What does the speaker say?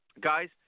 guys